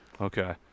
Okay